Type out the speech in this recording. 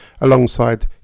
alongside